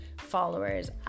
followers